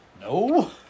No